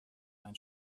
ein